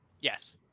Yes